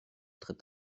tritt